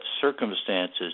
circumstances